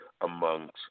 amongst